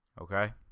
okay